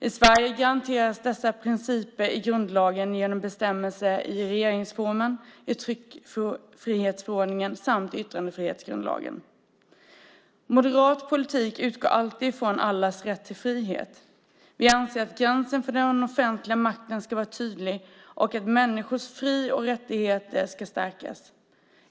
I Sverige garanteras dessa principer i grundlagen genom bestämmelser i regeringsformen, i tryckfrihetsförordningen samt i yttrandefrihetsgrundlagen. Moderat politik utgår alltid ifrån allas rätt till frihet. Vi anser att gränsen för den offentliga makten ska vara tydlig och att människors fri och rättigheter ska stärkas.